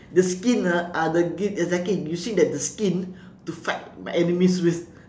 the skin ah are the exactly using that the skin to fight my enemies with